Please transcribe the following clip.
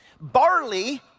Barley